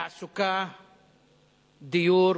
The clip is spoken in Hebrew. תעסוקה, דיור,